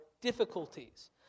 difficulties